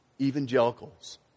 Evangelicals